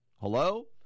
Hello